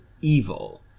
evil